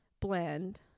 blend